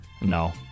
No